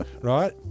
Right